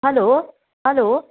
hello hello